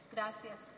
Gracias